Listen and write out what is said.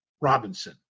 Robinson